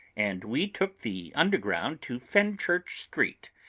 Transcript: and we took the underground to fenchurch street,